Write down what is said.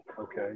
okay